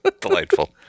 Delightful